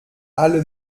alle